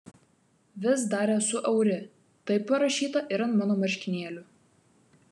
vis dar esu auri taip parašyta ir ant mano marškinėlių